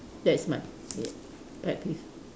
that's my ya pet peeve